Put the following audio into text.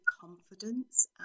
confidence